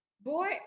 Boy